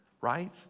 right